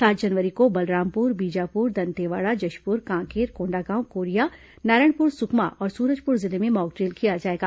सात जनवरी को बलरामपुर बीजापुर दंतेवाड़ा जशपुर कांकेर कोंडागांव कोरिया नारायणपुर सुकमा और सूरजपुर जिले में मॉकड्रिल किया जाएगा